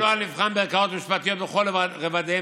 הנוהל נבחן בערכאות משפטיות בכל רובדיהן